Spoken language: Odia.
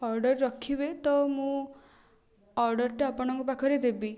ଅର୍ଡ଼ର ରଖିବେ ତ ମୁଁ ଅର୍ଡ଼ରଟା ଆପଣଙ୍କ ପାଖରେ ଦେବି